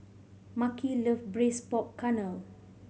Mahki love Braised Pork Knuckle